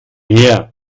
her